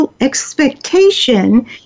expectation